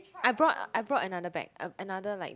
I brought I brought another bag uh another like